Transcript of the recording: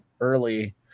early